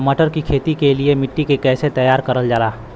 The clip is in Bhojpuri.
मटर की खेती के लिए मिट्टी के कैसे तैयार करल जाला?